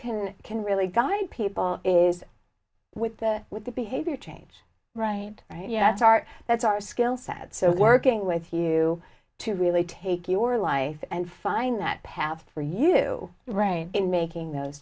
can can really guide people in with that with the behavior change right right yeah that's art that's our skill sets and working with you to really take your life and find that path for you right in making those